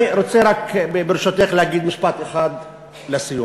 אני רוצה רק, ברשותך, להגיד משפט אחד לסיום.